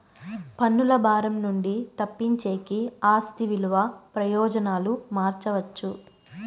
పన్నుల భారం నుండి తప్పించేకి ఆస్తి విలువ ప్రయోజనాలు మార్చవచ్చు